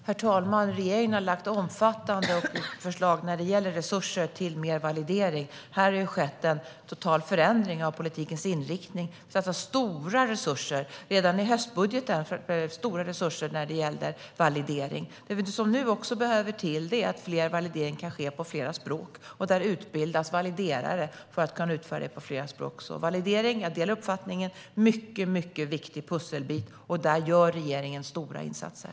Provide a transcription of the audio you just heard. Herr talman! Regeringen har lagt fram omfattande förslag när det gäller resurser till mer validering. Här skedde en total förändring av politikens inriktning redan i höstbudgeten för att få stora resurser till validering. Det som behövs nu är att validering kan ske på flera språk. Validerare utbildas för att kunna utföra validering på flera språk. Jag delar uppfattningen att validering är en mycket viktig pusselbit. Där gör regeringen stora insatser.